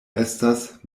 estas